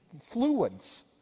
fluids